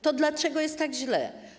To dlaczego jest tak źle?